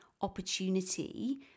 opportunity